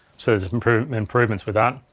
so there's improvements improvements with that.